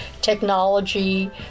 technology